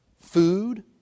food